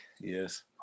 yes